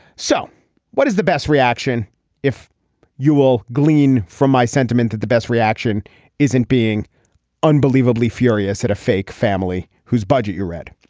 so what is the best reaction if you will glean from my sentiment that the best reaction isn't being unbelievably furious at a fake family whose budget you read.